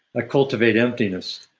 i cultivate emptiness.